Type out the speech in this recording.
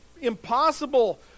impossible